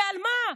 ועל מה?